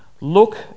Look